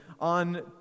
on